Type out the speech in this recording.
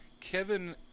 Kevin